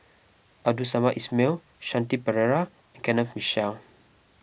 Abdul Samad Ismail Shanti Pereira and Kenneth Mitchell